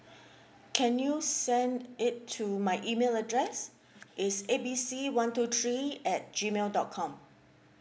can you send it to my email address is A B C one two three at G mail dot com